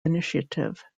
initiative